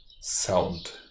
sound